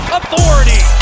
authority